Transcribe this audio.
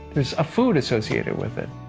is a food associated with it.